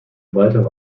weitere